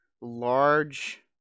large